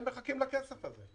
הם מחכים לכסף הזה.